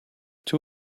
two